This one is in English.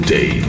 Day